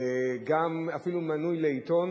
אפילו מנוי לעיתון